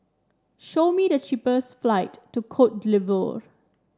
show me the cheapest flight to Cote d'Ivoire